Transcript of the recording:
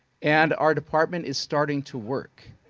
and our department is starting to work.